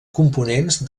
components